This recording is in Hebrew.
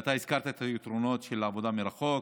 אתה הזכרת את היתרונות של עבודה מרחוק,